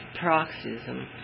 paroxysm